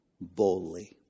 boldly